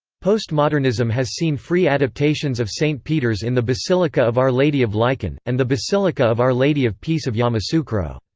post-modernism has seen free adaptations of st peter's in the basilica of our lady of lichen, and the basilica of our lady of peace of yamoussoukro.